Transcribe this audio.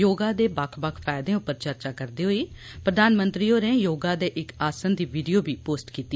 योगा दे फैयदे उप्पर चर्चा करदे होई प्रधानमंत्री होरें योगा दे इक आसन दी वीडियो बी पोस्ट कीती